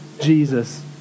Jesus